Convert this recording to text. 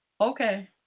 Okay